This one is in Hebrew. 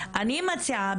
אני מציעה,